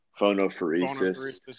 phonophoresis